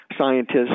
scientists